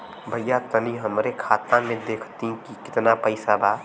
भईया तनि हमरे खाता में देखती की कितना पइसा बा?